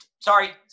Sorry